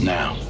Now